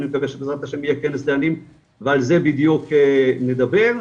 יהיה כנס דיינים ועל זה בדיוק נדבר,